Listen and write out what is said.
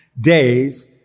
days